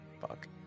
Fuck